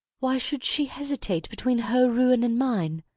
why should she hesitate between her ruin and mine.